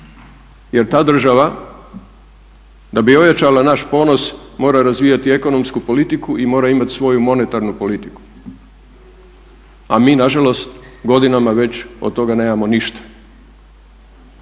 jer ta država da bi ojačala naš ponos mora razvijati ekonomsku politiku i mora imati svoju monetarnu politiku, a mi nažalost godinama već od toga nemamo ništa.